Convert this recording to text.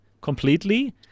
completely